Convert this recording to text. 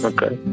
Okay